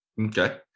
Okay